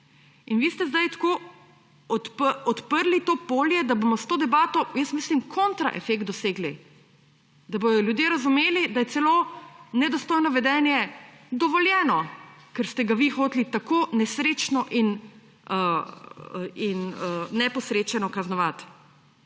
In vi ste zdaj tako odprli to polje, da bomo s to debato, mislim, kontra efekt dosegli. Da bodo ljudje razumeli, da je celo nedostojno vedenje dovoljeno, ker ste ga vi hoteli tako nesrečno in neposrečeno kaznovati.